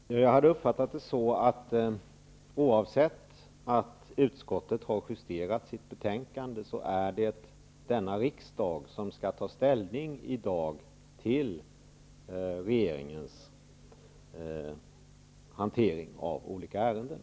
Fru talman! Jag hade uppfattat det så, att det oavsett om utskottet har justerat sitt betänkande är denna riksdag som i dag skall ta ställning till regeringens hantering av olika ärenden.